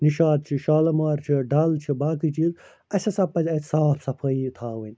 نِشاط چھُ شالمار چھُ ڈَل چھُ باقٕے چیٖز اسہِ ہَسا پَزِ اَتہِ صاف صَفٲیی تھاوٕنۍ